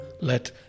let